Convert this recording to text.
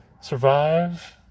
survive